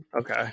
Okay